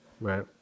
Right